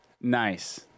nice